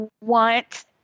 want